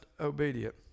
obedient